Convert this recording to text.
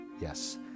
Yes